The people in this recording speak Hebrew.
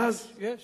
ואז, יש,